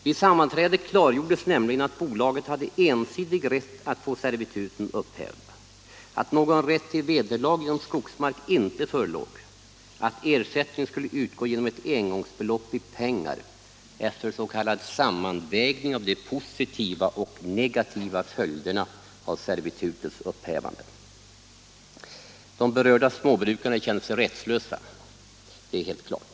Vid sammanträdet klargjordes nämligen att bolaget hade ensidig rätt att få servituten upphävda, att någon rätt till vederlag genom skogsmark inte förelåg, att ersättning skulle utgå genom ett engångsbelopp i pengar efter s.k. sammanvägning av de positiva och negativa följderna av ser vitutets upphävande. Nr 132 De berörda småbrukarna känner sig rättslösa — det är helt klart!